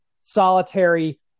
solitary